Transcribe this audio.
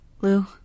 Lou